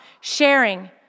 sharing